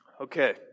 Okay